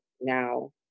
now